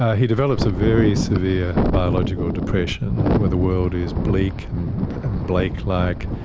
ah he develops a very severe biological depression where the world is bleak and blake-like,